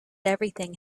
everything